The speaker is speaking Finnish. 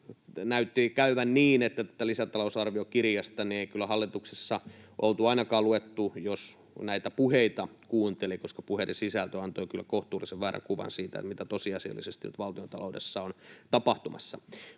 näytti käyvän niin, että tätä lisätalousarviokirjasta ei kyllä hallituksessa oltu ainakaan luettu, jos näitä puheita kuunteli, koska puheiden sisältö antoi kyllä kohtuullisen väärän kuvan siitä, mitä tosiasiallisesti nyt valtiontaloudessa on tapahtumassa.